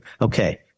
okay